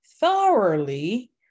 thoroughly